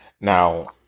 now